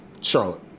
Charlotte